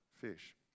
fish